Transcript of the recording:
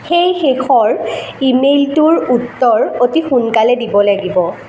সেই শেষৰ ইমেইলটোৰ উত্তৰ অতি সোনকালে দিবলৈ দিব